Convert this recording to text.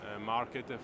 market